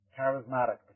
charismatic